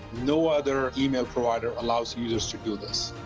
no other email provider allows users to do this.